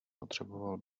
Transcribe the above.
potřeboval